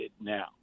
now